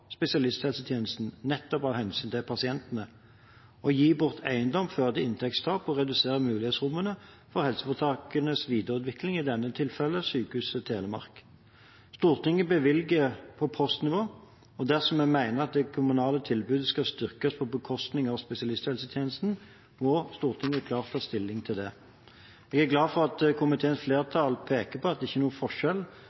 spesialisthelsetjenesten, nettopp av hensyn til pasientene. Å gi bort eiendom fører til inntektstap og reduserer mulighetsrommene og helseforetakenes videreutvikling, i dette tilfellet Sykehuset Telemark. Stortinget bevilger på postnivå, og dersom vi mener at det kommunale tilbudet skal styrkes på bekostning av spesialisthelsetjenesten, må Stortinget klart ta stilling til det. Jeg er glad for at komiteens